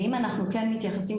ואם אנחנו כן מתייחסים,